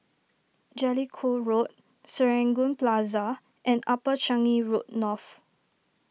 Jellicoe Road Serangoon Plaza and Upper Changi Road North